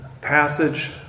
passage